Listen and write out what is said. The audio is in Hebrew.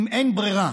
אם אין ברירה,